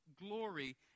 glory